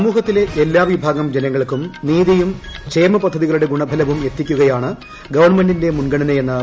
സമൂഹത്തിലെ എല്ലാ വിഭാഗം ജനങ്ങൾക്കും നീതിയും ക്ഷേമപദ്ധതികളുടെ ഗുണഫലവും എത്തിക്കുകയാണ് ഗവൺമെന്റിന്റെ മുൻഗണനയെന്ന് പ്രധാനമന്ത്രി